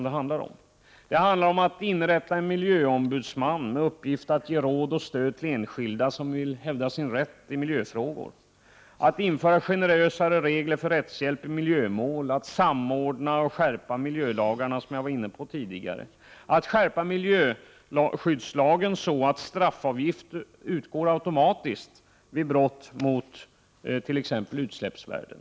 En miljöombudsman skall inrättas med uppgift att ge råd och stöd åt enskilda som vill hävda sin rätt i miljöfrågor. Det skall införas mer generösa regler för rättshjälp i miljömål, och man skall samordna och skärpa miljölagarna, vilket jag var inne på tidigare. Vi kan skärpa miljöskyddslagen så, att straffavgifter automatiskt skall utgå när man exempelvis överskrider fastställda utsläppsvärden.